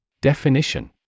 Definition